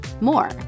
more